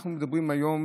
אנחנו מדברים היום,